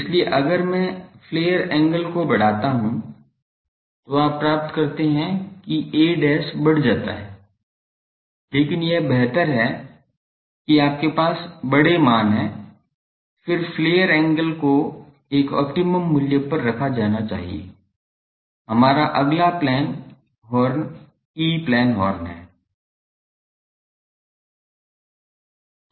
इसलिए अगर मैं फ्लेयर एंगल को बढ़ाता हूं तो आप प्राप्त करते हैं कि a' बढ़ जाता है लेकिन यह बेहतर है कि आपके पास बड़े मान हैं फिर फ्लेयर एंगल को एक ऑप्टिमम मूल्य पर रखा जाना चाहिए हमारा अगला E प्लेन हॉर्न है